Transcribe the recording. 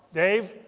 dave,